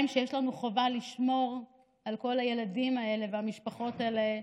שיש לנו חובה לשמור על כל הילדים האלה והמשפחות האלה,